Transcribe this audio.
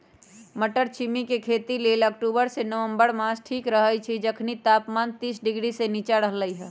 मट्टरछिमि के खेती लेल अक्टूबर से नवंबर मास ठीक रहैछइ जखनी तापमान तीस डिग्री से नीचा रहलइ